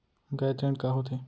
गैर ऋण का होथे?